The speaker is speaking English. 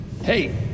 Hey